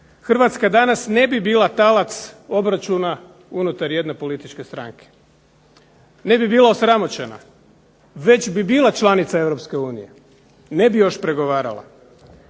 Hrvatska danas ne bi bila talac obračuna unutar jedne političke stranke. Ne bi bila osramoćena već bi bila članica EU, ne bi još pregovarala.